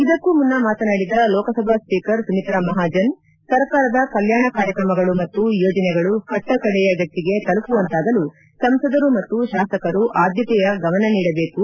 ಇದಕ್ಕೂ ಮುನ್ನ ಮಾತನಾಡಿದ ಲೋಕಸಭಾ ಸ್ವೀಕರ್ ಸುಮಿತ್ತಾ ಮಹಾಜನ್ ಸರ್ಕಾರದ ಕಲ್ಲಾಣ ಕಾರ್ಯಕ್ರಮಗಳು ಮತ್ತು ಯೋಜನೆಗಳು ಕಟ್ಟಕಡೆಯ ವ್ಯಕ್ಷಿಗೆ ತಲುಪುವಂತಾಗಲು ಸಂಸದರು ಮತ್ತು ಶಾಸಕರು ಆದ್ಲತೆಯ ಗಮನ ನೀಡಬೇಕು